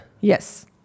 Yes